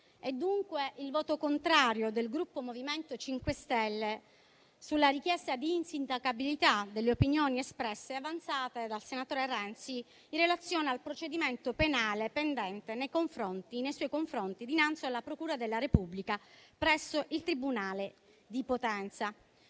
e dunque il voto contrario del Gruppo MoVimento 5 Stelle sulla richiesta di insindacabilità delle opinioni espresse, avanzata dal senatore Renzi in relazione al procedimento penale pendente nei suoi confronti dinanzi alla procura della Repubblica presso il tribunale di Potenza.